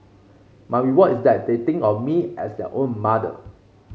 my reward is that they think of me as their own mother